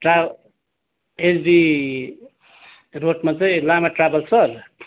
ट्रा HD रोडमा चाहिँ Lama travels sir